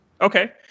Okay